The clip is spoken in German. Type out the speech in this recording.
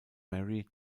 mary